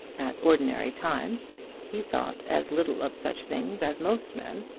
at ordinary times he thought as little of such things as most men,